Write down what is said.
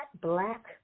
Black